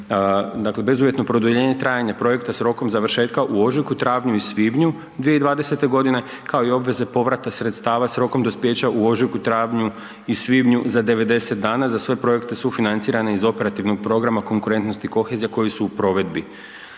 dakle bezuvjetno produljenje trajanja projekta s rokom završetka u ožujku, travnju i svibnju 2020. godine kao i obveze povrata sredstava s rokom dospijeća u ožujku, travnju i svibnju za 90 dana za sve projekte sufinancirane iz Operativnog programa Konkurentnost i kohezija koji su u provedbi.